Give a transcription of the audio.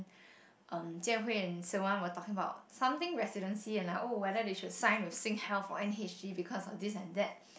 Jian Hui and Siew Wan were talking about something residency and like oh whether they should sign with SingHealth or N_H_G because of this and that